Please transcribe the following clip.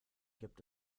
gibt